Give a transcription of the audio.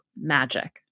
magic